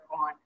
on